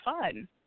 fun